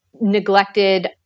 neglected